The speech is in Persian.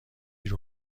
گیر